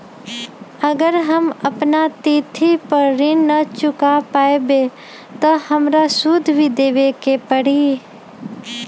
अगर हम अपना तिथि पर ऋण न चुका पायेबे त हमरा सूद भी देबे के परि?